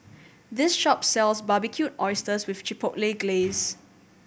this shop sells Barbecued Oysters with Chipotle Glaze